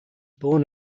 born